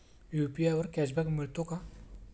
UPI वर cashback मिळतो का?